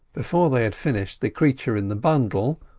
before they had finished, the creature in the bundle,